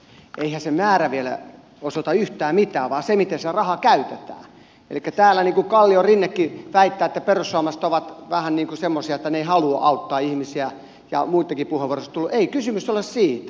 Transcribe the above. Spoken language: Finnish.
eihän se määrä vielä osoita yhtään mitään vaan se miten se raha käytetään elikkä täällä niin kuin kalliorinnekin väittää että perussuomalaiset ovat vähän niin kuin semmoisia että he eivät halua auttaa ihmisiä ja muittenkin puheenvuoroissa on tullut ei kysymys ole siitä